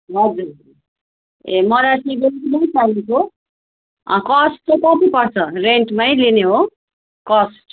हजुर ए मलाई शिरबन्दी पनि चाहिएको कस्ट चाहिँ कति पर्छ रेन्टमै लिने हो कस्ट